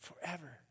Forever